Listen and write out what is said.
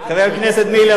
חבר הכנסת מילר,